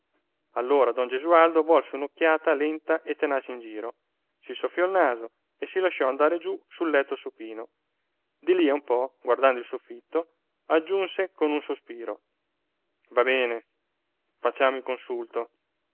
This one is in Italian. allora don gesualdo volse un'occhiata lenta e tenace in giro si soffiò il naso e si lasciò andar giù sul letto supino di lì a un po guardando il soffitto aggiunse con un sospiro va bene facciamo il consulto